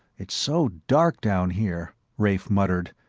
it's so dark down here, rafe muttered,